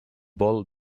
vol